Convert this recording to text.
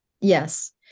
Yes